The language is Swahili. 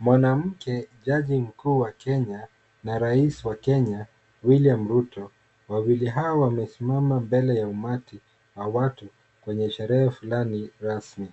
Mwanamke jaji mkuu wa Kenya na rais wa Kenya William Ruto. Wawili hao wamesimama mbele ya umati wa watu kwenye sherehe fulani rasmi.